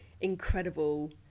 incredible